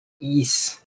ease